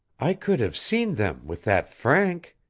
i could have seen them with that franc,